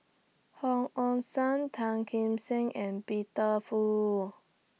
Hong Ong Siang Tan Kim Seng and Peter Fu